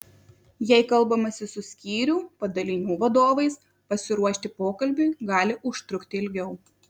jei kalbamasi su skyrių padalinių vadovais pasiruošti pokalbiui gali užtrukti ilgiau